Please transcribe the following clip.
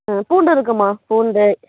ம் பூண்டு இருக்கும்மா பூண்டு